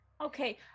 Okay